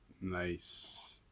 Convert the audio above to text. nice